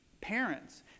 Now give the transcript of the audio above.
parents